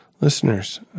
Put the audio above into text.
listeners